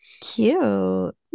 cute